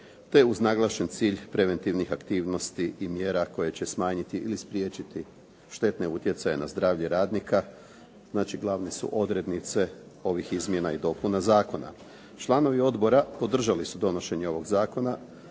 te uz naglašen cilj preventivnih aktivnosti i mjera koje će smanjiti ili spriječiti štetne utjecaje na zdravlje radnika, znači glavne su odrednice ovih izmjena i dopuna zakona. Članovi odbora podržali su donošenje ovog zakona